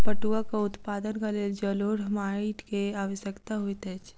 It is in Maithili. पटुआक उत्पादनक लेल जलोढ़ माइट के आवश्यकता होइत अछि